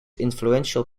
influential